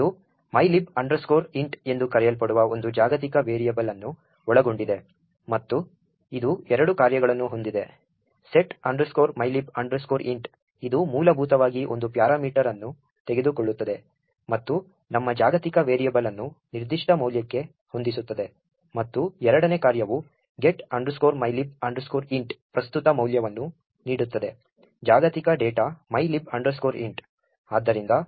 ಇದು mylib int ಎಂದು ಕರೆಯಲ್ಪಡುವ ಒಂದು ಜಾಗತಿಕ ವೇರಿಯೇಬಲ್ ಅನ್ನು ಒಳಗೊಂಡಿದೆ ಮತ್ತು ಇದು ಎರಡು ಕಾರ್ಯಗಳನ್ನು ಹೊಂದಿದೆ set mylib int ಇದು ಮೂಲಭೂತವಾಗಿ ಒಂದು ಪ್ಯಾರಾಮೀಟರ್ ಅನ್ನು ತೆಗೆದುಕೊಳ್ಳುತ್ತದೆ ಮತ್ತು ನಮ್ಮ ಜಾಗತಿಕ ವೇರಿಯೇಬಲ್ ಅನ್ನು ನಿರ್ದಿಷ್ಟ ಮೌಲ್ಯಕ್ಕೆ ಹೊಂದಿಸುತ್ತದೆ ಮತ್ತು ಎರಡನೇ ಕಾರ್ಯವು get mylib int ಪ್ರಸ್ತುತ ಮೌಲ್ಯವನ್ನು ನೀಡುತ್ತದೆ ಜಾಗತಿಕ ಡೇಟಾ mylib int